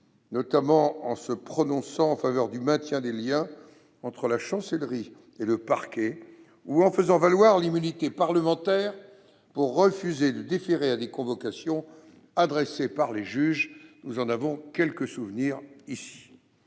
notamment en faveur du maintien des liens entre la Chancellerie et le parquet, ou en faisant valoir l'immunité parlementaire pour refuser de déférer à des convocations adressées par des juges- nous en avons quelques souvenirs.